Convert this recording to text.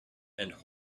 and